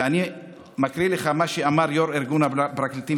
ואני מקריא לך מה שאמרה יושבת-ראש ארגון הפרקליטים,